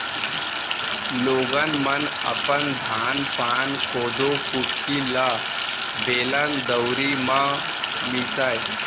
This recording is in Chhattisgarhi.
लोगन मन अपन धान पान, कोदो कुटकी ल बेलन, दउंरी म मीसय